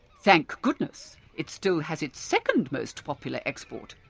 thank goodness it still has its second most popular export,